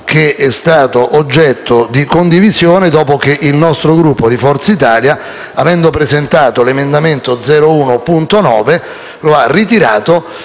Grazie,